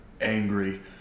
Angry